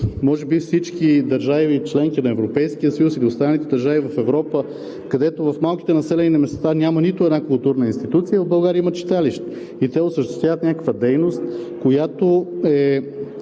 може би всички държави – членки на Европейския съюз, и на останалите държави в Европа, където в малките населени места няма нито една културна институция, в България има читалища и те осъществяват някаква дейност, която е